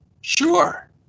Sure